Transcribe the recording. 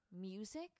music